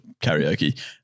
karaoke